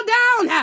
down